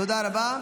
תודה רבה.